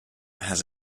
has